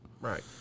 Right